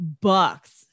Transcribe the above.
bucks